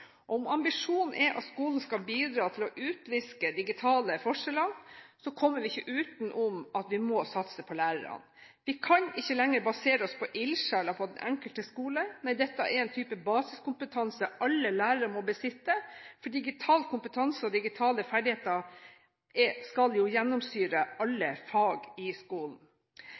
Om ambisjonen er at skolen skal bidra til å utviske digitale forskjeller, kommer vi ikke utenom at vi må satse på lærerne. Vi kan ikke lenger basere oss på ildsjeler på den enkelte skole. Dette er en type basiskompetanse alle lærere må besitte, for digital kompetanse og digitale ferdigheter skal jo gjennomsyre alle fag i skolen.